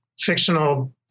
fictional